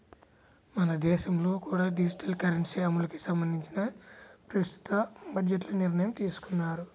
మన దేశంలో కూడా డిజిటల్ కరెన్సీ అమలుకి సంబంధించి ప్రస్తుత బడ్జెట్లో నిర్ణయం తీసుకున్నారు